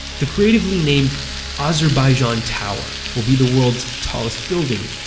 the creatively named azerbaijan tower will be the world's tallest building,